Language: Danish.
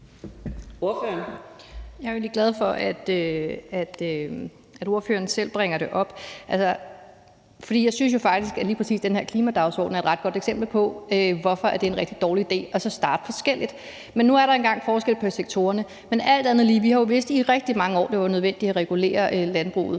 (SF): Jeg er jo egentlig glad for, at ordføreren selv bringer det op. For jeg synes jo faktisk, at lige præcis den her klimadagsorden er et ret godt eksempel på, hvorfor det er en rigtig dårlig idé at starte forskelligt, men der er nu engang forskel på sektorerne. Men alt andet lige har vi jo i rigtig mange år vidst, at det var nødvendigt at regulere landbruget